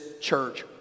church